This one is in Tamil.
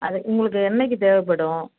அது உங்களுக்கு என்னைக்கு தேவைப்படும்